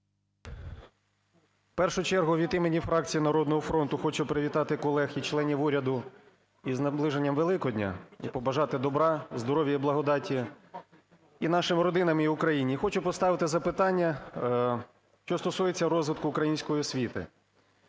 В першу чергу, від імені фракції "Народного фронту" хочу привітати колег і членів уряду із наближенням Великодня, і побажати добра, здоров'я і благодаті і нашим родинам, і Україні. І хочу поставити запитання, що стосується розвитку української освіти.